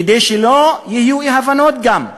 כדי שלא יהיו אי-הבנות גם.